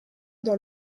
dans